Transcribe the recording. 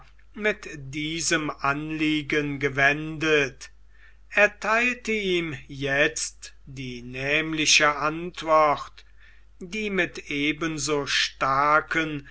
mit diesem anliegen gewendet ertheilte ihm jetzt die nämliche antwort die mit eben so starken